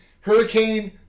Hurricane